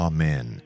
Amen